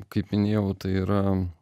kaip minėjau tai yra